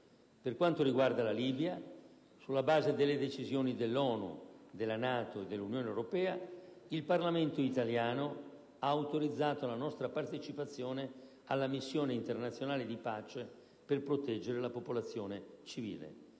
Per quanto riguarda la Libia, sulla base delle decisioni dell'ONU, della NATO e dell'Unione europea, il Parlamento italiano ha autorizzato la nostra partecipazione alla missione internazionale di pace per proteggere la popolazione civile.